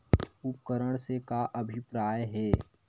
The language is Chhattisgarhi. उपकरण से का अभिप्राय हे?